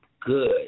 good